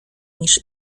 niż